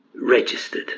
registered